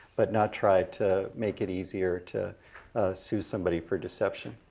but not try to make it easier to sue somebody for deception.